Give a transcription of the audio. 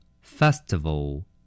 Festival